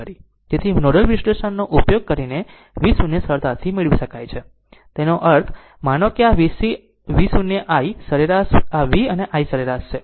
અને તેથી નોડલ વિશ્લેષણનો ઉપયોગ કરીને V0 સરળતાથી મેળવી શકાય છે તેનો અર્થ માનો આ V 0 i સરેરાશ આ V અને I સરેરાશ છે